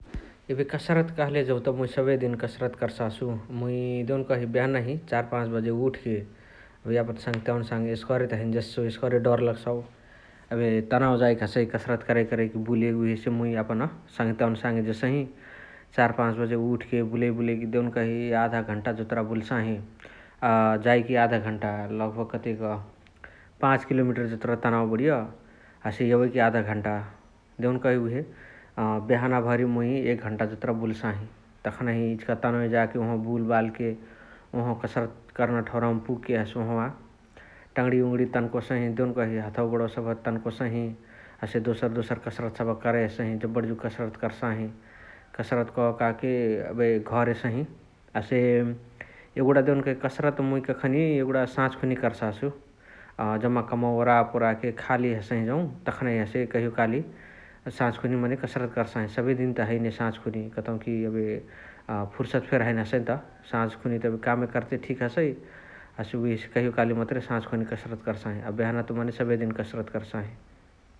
एबे कसरत कहाँले जौत मुइ सबेदिन कसरत कर्सासु । मुइ देउन्कही बेहनही चार पाच बजे उठके उहे यापन सङ्हतियवनी साङे एस्करे त हैने जेससु एस्करे त दर लग्सासु । एबे तनाउ जाइके हसइ कसरत करइ करइकी बुले उहेसे मुइ यापन सङ्हतियवना साङे जेसही । चार पाच बजे उठके बुलइ बुलइकी देउन्कही याधा घण्टा जतुरा बुल्साही । अ जाइकी याध घण्टा लगभग कतेक पाच किलोमेतेर जतुरा तनाउ बणिय । हसे एवइकी याध घण्टा देउन्कही उहे बेहना भरी मुइ उहे एक घण्टा जतुरा बुल्साही । तखानही इचिका तनौए जाके बुलबाल्के ओहावा कसरत कर्ना ठौरावमा पुग पागके ओहावाअ तङ्णिय ओङ्णिय तन्कोसही देउनकही हथवा गोणवा सबह तन्कोसही हसे दोसर दोसर कसरत सबह करइ हसही जबणजुग कसरत कर्साही । कसरत ककाके अबे घर एसही । हसे एगुणा देउन्कही कसरत मुइ कखानेए साझखुनि कर्सासु । अ जम्मा कमवा ओरापोराके खाली हसही जौ तखनही हसे कहियो काली साझ खुनि मने कसरत कर्साही सबे दिन त हैने साझ खुनि कतौकी एबे फुर्सद फेरी हैने हसइन्त साझखुनियत एबे कामे कर्ते ठीक हसइ । हसे उहेसे कहियो काली मतुरे कसरत कर्साही । अ बेहनात मन् सबेदिन कसरत कर्साही ।